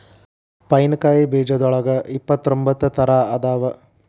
pine ಕಾಯಿ ಬೇಜದೋಳಗ ಇಪ್ಪತ್ರೊಂಬತ್ತ ತರಾ ಅದಾವ